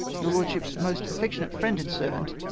your lordship's most affectionate friend and servant,